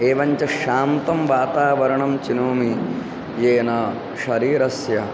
एवञ्च शान्तं वातावरणं चिनोमि येन शरीरस्य